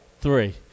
three